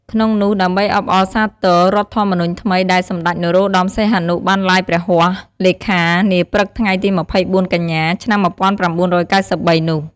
ក្នុងនោះ ដើម្បីអបអរសាទររដ្ឋធម្មនុញ្ញថ្មីដែលសម្តេច នរោត្តម សីហនុ បានឡាយព្រះហស្តលេខានាព្រឹកថ្ងៃទី២៤ កញ្ញា ឆ្នាំ១៩៩៣ នោះ។